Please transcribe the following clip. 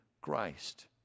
Christ